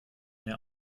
mehr